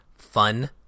fun